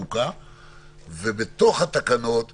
הסיטואציה המורכבת הזאת ולשמור על התושבים שלי,